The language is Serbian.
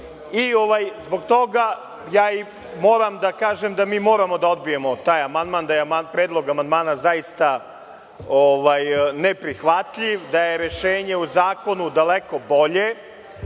i zbog toga moram da kažem da mi moramo da odbijemo taj amandman, da je predlog amandmana zaista neprihvatljiv, da je rešenje u zakonu daleko bolje,